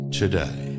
today